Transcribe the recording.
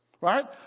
right